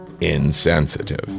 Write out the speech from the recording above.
insensitive